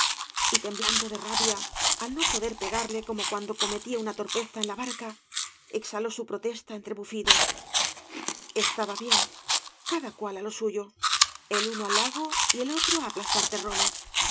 y temblando de rabia al no poder pegarle como cuando cometía una torpeza en la barca exhaló su protesta entre bufidos estaba bien cada cual á lo suyo el uno al lago y el otro á aplastar terrones